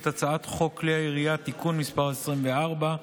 את הצעת חוק כלי הירייה (תיקון מס' 24),